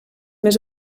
més